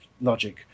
logic